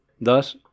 Thus